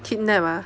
kidnap ah